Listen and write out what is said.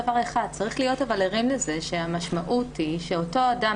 צריך להיות אבל ערים לכך שהמשמעות היא שאותו אדם